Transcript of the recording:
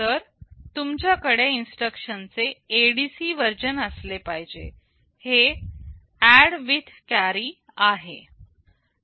तर तुमच्याकडे इन्स्ट्रक्शन चे ADC वर्जन असले पाहिजे हे ऍड विथ कॅरी आहे